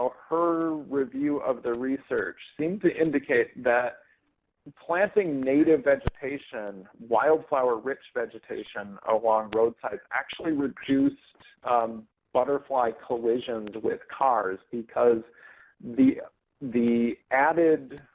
her review of the research seemed to indicate that planting native vegetation, wildflower-rich vegetation, along roadsides actually reduced butterfly collisions with cars because the ah the added